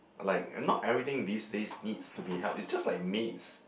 like not everything these days needs to be helped is just like maids